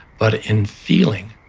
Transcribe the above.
but in feeling.